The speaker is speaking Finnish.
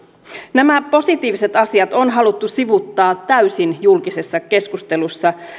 nämä positiiviset asiat on haluttu sivuuttaa täysin julkisessa keskustelussa